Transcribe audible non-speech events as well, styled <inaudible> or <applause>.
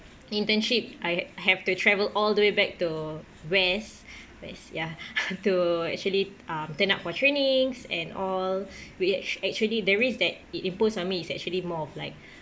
internship I have to travel all the way back to west west ya <laughs> to actually um turn up for trainings and all <breath> we act~ actually the risk that it imposed on me is actually more of like